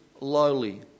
lowly